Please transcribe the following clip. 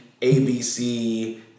ABC